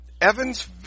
Evans